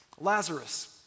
Lazarus